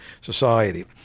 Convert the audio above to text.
society